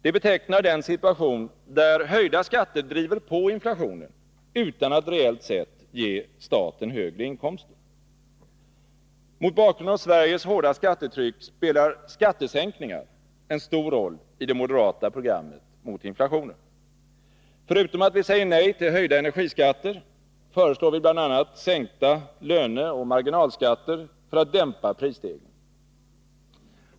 Det betecknar den situation där höjda skatter driver på inflationen utan att reellt sett ge staten högre inkomster. Mot bakgrund av Sveriges hårda skattetryck spelar skattesänkningar en stor roll i det moderata programmet mot inflationen. Förutom att vi säger nej till höjda energiskatter, föreslår vi bl.a. sänkta löneoch marginalskatter för att dämpa prisstegringen.